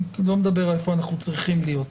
אני לא מדבר על איפה אנחנו צריכים להיות,